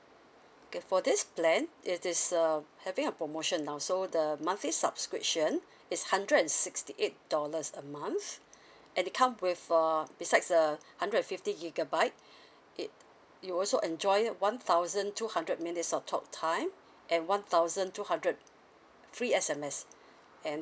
okay for this plan it is uh having a promotion now so the monthly subscription is hundred and sixty eight dollars a month and it come with uh besides the hundred and fifty gigabyte it you'll also enjoy one thousand two hundred minutes of talk time and one thousand two hundred free S_M_S and